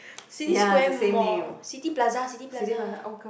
City Square Mall City Plaza City Plaza